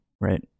right